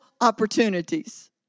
opportunities